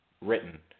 written